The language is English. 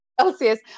Celsius